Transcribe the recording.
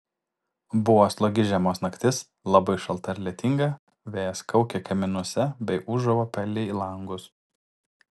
buvo slogi žiemos naktis labai šalta ir lietinga vėjas kaukė kaminuose bei ūžavo palei langus